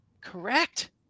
Correct